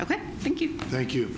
ok thank you thank you